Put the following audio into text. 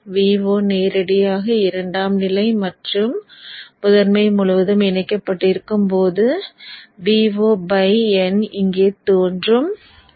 Vo நேரடியாக இரண்டாம் நிலை மற்றும் முதன்மை முழுவதும் இணைக்கப்பட்டிருக்கும் போது Vo by n இங்கே தோன்றும்